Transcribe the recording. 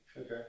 Okay